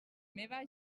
meva